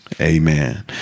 Amen